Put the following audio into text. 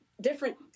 different